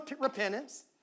repentance